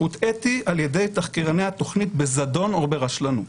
"הוטעיתי ע"י תחקירני התוכנית בזדון או ברשלנות".